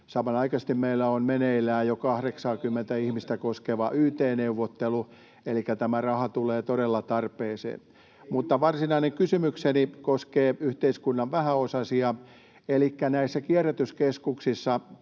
samanaikaisesti meillä on meneillään jo 80:tä ihmistä koskeva yt-neuvottelu, elikkä tämä raha tulee todella tarpeeseen. Mutta varsinainen kysymykseni koskee yhteiskunnan vähäosaisia, elikkä kierrätyskeskuksissa